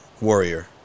warrior